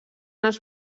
els